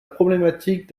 problématique